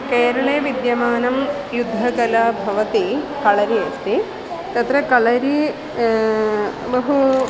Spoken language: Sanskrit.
केरले विद्यमानं युद्धकला भवति कलरी अस्ति तत्र कलरि बहु